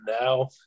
now